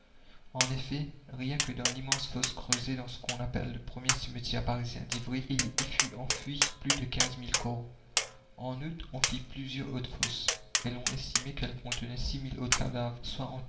en effet rien que dans l'immense fosse creusée dans ce qu'on appelle le premier cimetière parisien d'ivry il y fut enfoui plus de quinze mille corps en outre on fit plusieurs autres fosses et l'on estimait qu'elles contenaient six mille autres cadavres